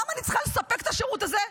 למה אני צריכה לספק את השירות הזה?